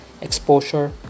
exposure